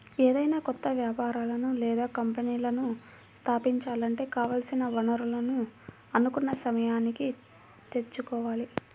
ఏదైనా కొత్త వ్యాపారాలను లేదా కంపెనీలను స్థాపించాలంటే కావాల్సిన వనరులను అనుకున్న సమయానికి తెచ్చుకోవాలి